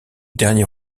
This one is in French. dernier